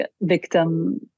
victim